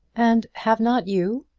and have not you?